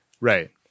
Right